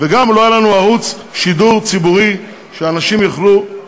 וגם לא היה לנו ערוץ שידור ציבורי שאנשים יכולים